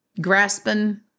grasping